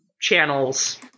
channels